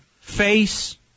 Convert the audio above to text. face